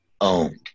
owned